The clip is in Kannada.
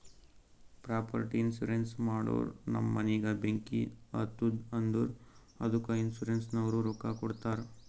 ಪ್ರಾಪರ್ಟಿ ಇನ್ಸೂರೆನ್ಸ್ ಮಾಡೂರ್ ನಮ್ ಮನಿಗ ಬೆಂಕಿ ಹತ್ತುತ್ತ್ ಅಂದುರ್ ಅದ್ದುಕ ಇನ್ಸೂರೆನ್ಸನವ್ರು ರೊಕ್ಕಾ ಕೊಡ್ತಾರ್